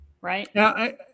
right